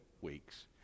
weeks